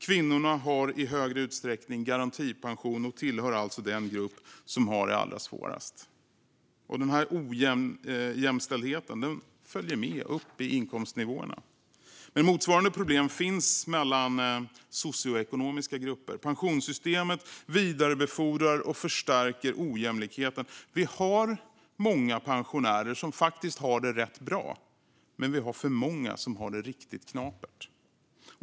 Kvinnorna har i högre utsträckning garantipension, och tillhör alltså den grupp som har det allra svårast. Den här ojämställdheten följer med upp i inkomstnivåerna. Motsvarande problem finns mellan socioekonomiska grupper. Pensionssystemet vidarebefordrar, och förstärker, ojämlikheten. Vi har många pensionärer som har det rätt bra. Men vi har för många som har det riktigt knapert.